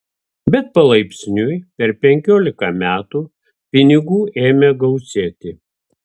bet palaipsniui per penkiolika metų pinigų ėmė gausėti